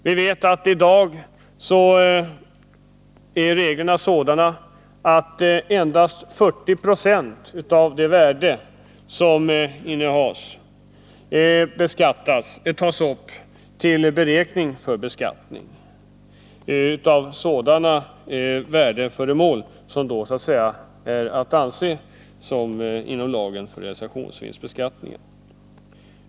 Vi vet att i dag är reglerna sådana att endast 40 96 av det värde som innehas tas upp till beskattning — och det gäller sådana värdeföremål som anses falla inom lagen för realisationsvinstbeskattning.